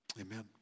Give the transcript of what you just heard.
Amen